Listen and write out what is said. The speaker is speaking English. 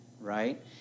right